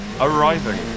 arriving